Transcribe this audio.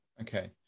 okay